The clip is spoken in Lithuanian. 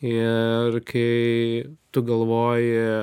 ir kai tu galvoji